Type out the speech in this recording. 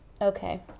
Okay